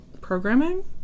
programming